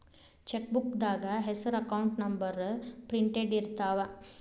ಚೆಕ್ಬೂಕ್ದಾಗ ಹೆಸರ account number printed ಇರ್ತಾವ